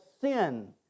sin